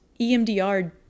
EMDR